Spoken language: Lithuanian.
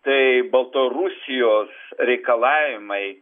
tai baltarusijos reikalavimai